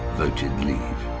voted leave.